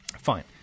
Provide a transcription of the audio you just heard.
fine